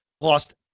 lost